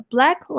Black